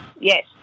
yes